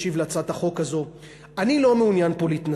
ישיב על הצעת החוק הזאת,